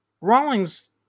Rawlings